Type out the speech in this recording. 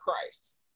Christ